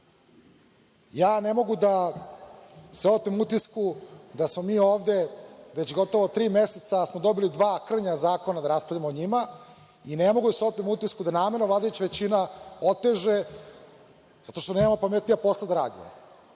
ne mogu da se otmem utisku da smo mi ovde već gotovo tri meseca, a da smo dobili dva krnja zakona da raspravljamo o njima. Ne mogu da se otmem utisku da namerno vladajuća većina oteže zato što nemamo pametnija posla da radimo.